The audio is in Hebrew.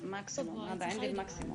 שוכרן.